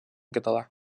català